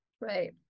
right